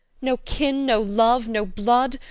no kin, no love, no blood,